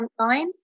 frontline